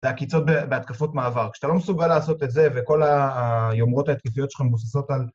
‫זה עקיצות בהתקפות מעבר. ‫כשאתה לא מסוגל לעשות את זה ‫וכל היומרות ההתקפיות שלך ‫מבוססות על...